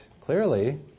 clearly